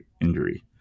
injury